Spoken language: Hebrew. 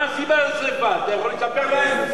מה הסיבה לשרפה, אתה יכול לספר להם?